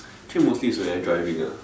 actually mostly it's when I driving ah